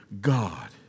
God